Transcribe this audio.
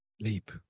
Leap